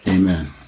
Amen